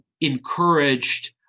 encouraged